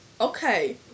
Okay